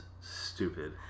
stupid